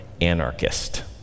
anarchist